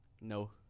No